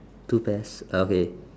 two pairs okay